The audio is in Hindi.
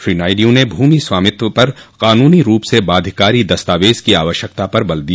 श्री नायडू ने भूमि स्वामित्व पर कानूनी रूप से बाध्यकारी दस्तावेज की आवश्यकता पर बल दिया